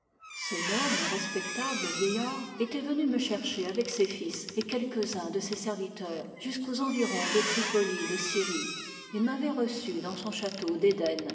ce noble et respectable vieillard était venu me chercher avec ses fils et quelques-uns de ses serviteurs jusqu'aux environs de tripoli de syrie et m'avait reçu dans son château d'éden